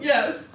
Yes